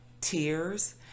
tears